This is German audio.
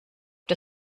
der